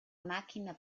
màquina